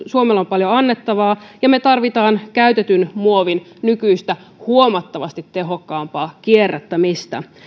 suomella on paljon annettavaa ja me tarvitsemme käytetyn muovin nykyistä huomattavasti tehokkaampaa kierrättämistä